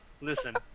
listen